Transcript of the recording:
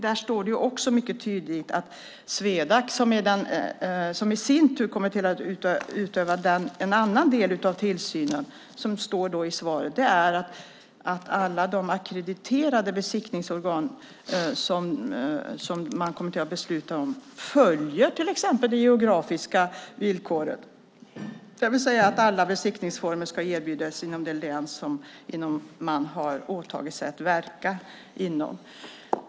Där talar jag mycket tydligt om Swedac, som i sin tur kommer att utöva en annan del av tillsynen. Alla de ackrediterade besiktningsorgan som man kommer att besluta om följer till exempel det geografiska villkoret, det vill säga att alla besiktningsformer ska erbjudas inom det län som man har åtagit sig att verka inom.